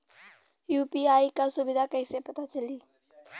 UPI क सुविधा कैसे पता चली?